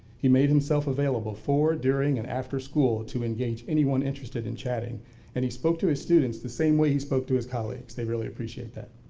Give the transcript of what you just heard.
he made himself available before, during and after school to engage anyone interested in chatting and he spoke to his students the same way he spoke to his colleagues. they really appreciate that.